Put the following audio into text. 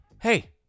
hey